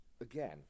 again